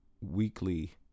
weekly